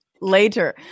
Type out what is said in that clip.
later